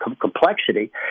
complexity